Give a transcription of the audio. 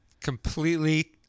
Completely